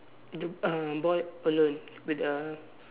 the uh boy alone with the